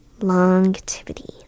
longevity